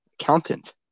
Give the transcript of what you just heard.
accountant